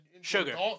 Sugar